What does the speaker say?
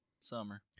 summer